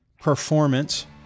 performance